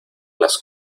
las